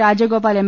Rajagopal M